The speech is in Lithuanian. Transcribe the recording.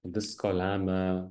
visko lemia